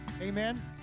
amen